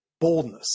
boldness